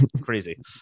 crazy